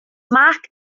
mark